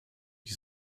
die